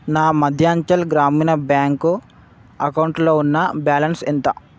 నా మధ్యాంచల్ గ్రామీణ బ్యాంక్ అకౌంటులో ఉన్న బ్యాలన్స్ ఎంత